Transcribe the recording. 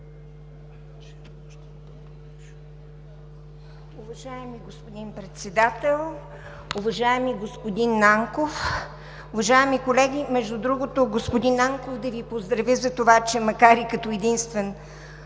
Уважаеми господин Председател, уважаеми господин Нанков, уважаеми колеги! Между другото, господин Нанков, да Ви поздравя, за това че макар и като единствен